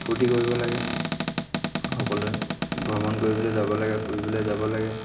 ফূৰ্তি কৰিব লাগে সকলোৱে ভ্ৰমণ কৰিবলৈ যাব লাগে ফুৰিবলৈ যাব লাগে